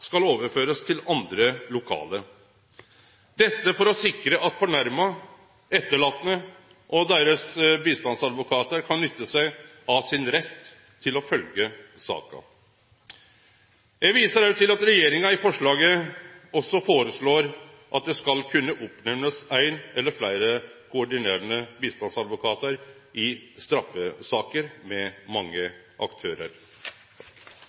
skal overførast til andre lokale – for å sikre at den fornærma, dei etterlatne og bistandsadvokatane deira kan nytte seg av retten til å følgje saka. Eg viser også til at regjeringa i forslaget foreslår at det skal kunne oppnemnast éin eller fleire koordinerande bistandsadvokatar i straffesaker med mange aktørar.